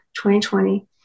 2020